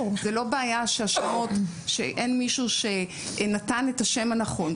זה לא בעיה שאין מישהו שנתן את השם הנכון.